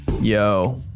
Yo